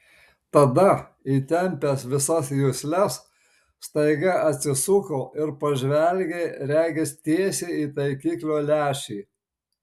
tada įtempęs visas jusles staiga atsisuko ir pažvelgė regis tiesiai į taikiklio lęšį